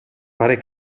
fare